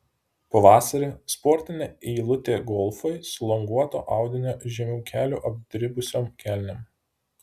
pavasarį sportinė eilutė golfui su languoto audinio žemiau kelių apdribusiom kelnėm